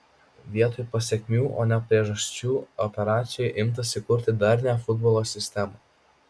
vietoj pasekmių o ne priežasčių operacijų imtasi kurti darnią futbolo sistemą